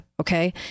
Okay